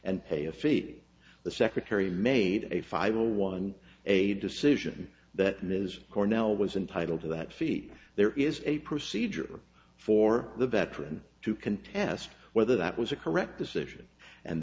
and pay a fee the secretary made a final one a decision that ms cornell was entitle to that feet there is a procedure for the veteran to contest whether that was a correct decision and